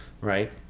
Right